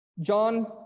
John